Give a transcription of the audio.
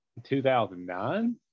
2009